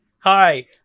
hi